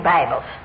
Bibles